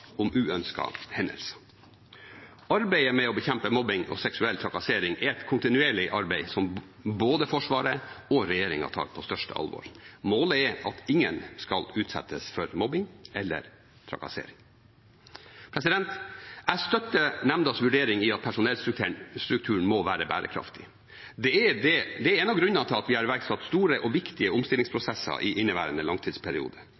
om uønskede hendelser. Arbeidet med å bekjempe mobbing og seksuell trakassering er et kontinuerlig arbeid, som både Forsvaret og regjeringen tar på største alvor. Målet er at ingen skal utsettes for mobbing eller trakassering. Jeg støtter nemndas vurdering om at personellstrukturen må være bærekraftig. Det er en av grunnene til at vi har iverksatt store og viktige omstillingsprosesser i inneværende langtidsperiode.